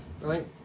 right